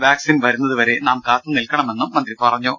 vaccine വരുന്നതുവരെ നാം കാത്തു നിൽക്കണമെന്നും മന്ത്രി പറഞ്ഞു